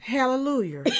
Hallelujah